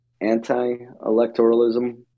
Anti-electoralism